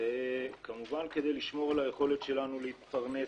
ועל יכולתנו להתפרנס